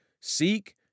seek